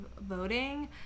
voting